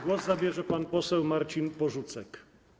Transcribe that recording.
Głos zabierze pan poseł Marcin Porzucek.